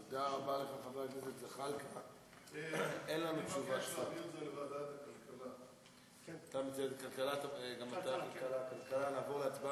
תודה